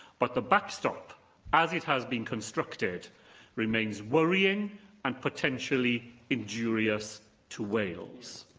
but the backstop as it has been constructed remains worrying and potentially injurious to wales.